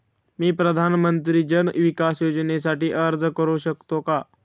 मी प्रधानमंत्री जन विकास योजनेसाठी अर्ज करू शकतो का?